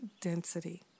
density